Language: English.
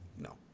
No